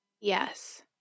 Yes